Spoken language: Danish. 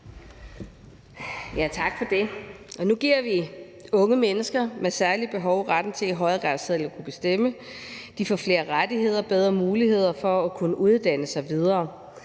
Nu giver vi unge mennesker med særlige behov retten til i højere grad selv at kunne bestemme. De får flere rettigheder, bedre muligheder for at uddanne sig videre.